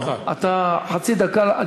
אני אוסיף לך חצי דקה.